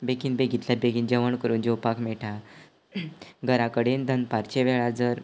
बेगीन बेगींतल्या बेगीन जेवण करून जेवपाक मेळटा घरा कडेन दनपारचे वेळार जर